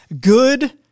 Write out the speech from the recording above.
good